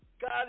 God